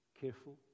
Careful